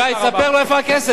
שי, ספר לו איפה הכסף.